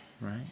right